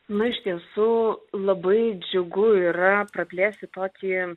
na iš tiesų labai džiugu yra praplėsti tokį